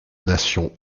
nation